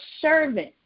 servant